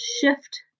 shift